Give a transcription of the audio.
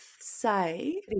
say